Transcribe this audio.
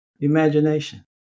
imagination